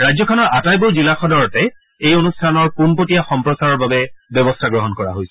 ৰাজ্যখনৰ আটাইবোৰ জিলা সদৰতে এই অনুষ্ঠানৰ পোনপটীয়া সম্প্ৰচাৰৰ বাবে ব্যৱস্থা গ্ৰহণ কৰা হৈছে